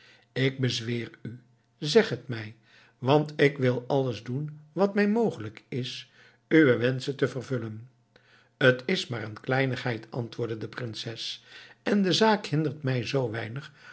ik bezweer u zeg het mij want ik wil alles doen wat mij mogelijk is uwe wenschen te vervullen het is maar een kleinigheid antwoordde de prinses en de zaak hindert mij zoo weinig